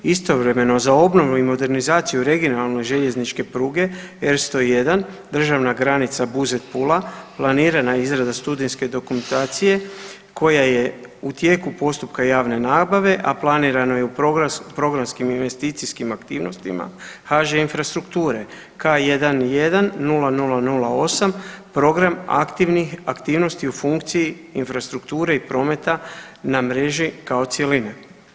Istovremeno za obnovu i modernizaciju regionalne željezničke pruge R101 državna granica Buzet – Pula planirana je izrada studijske dokumentacije koja je u tijeku postupka javne nabave, a planirano je u programskim investicijskim aktivnostima HŽ Infrastrukture K110008 program aktivnih aktivnosti u funkciji infrastrukture i prometa na mreži kao cjeline.